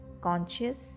conscious